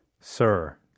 sir